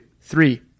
three